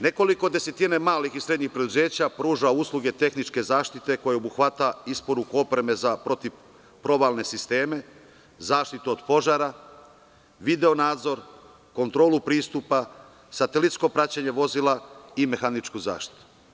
Nekoliko desetina malih i srednjih preduzeća pruža usluge tehničke zaštite, koja obuhvata isporuku opreme za protivprovalne sisteme, zaštitu od požara, video nadzor, kontrolu pristupa, satelitsko praćenje vozila i mehaničku zaštitu.